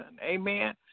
Amen